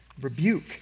rebuke